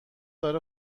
داره